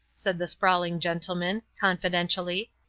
said the sprawling gentleman, confidentially,